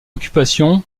occupation